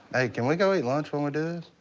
hey, can we go eat lunch when we do this?